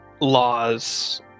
laws